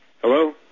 Hello